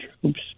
troops